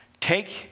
take